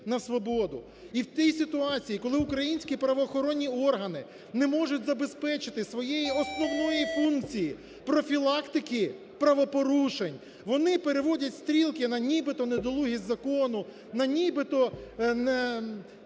І в тій ситуації, коли українські правоохоронні органи не можуть забезпечити своєї основної функції профілактики правопорушень, вони переводять стрілки на нібито недолугість закону, на нібито